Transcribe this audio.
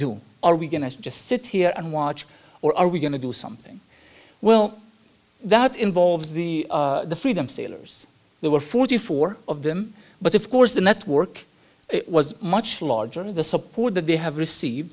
do are we going to just sit here and watch or are we going to do something well that involves the freedom stealers there were forty four of them but of course the network it was much larger the support that they have received